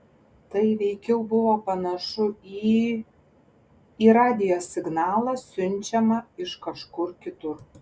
tai veikiau buvo panašu į į radijo signalą siunčiamą iš kažkur kitur